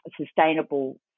sustainable